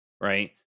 right